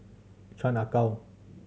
Chan Ah Kow